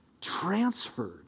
Transferred